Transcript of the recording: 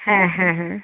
হ্যাঁ হ্যাঁ হ্যাঁ